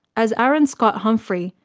as aaron scott humphrey,